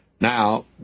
Now